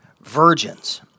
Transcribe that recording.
virgins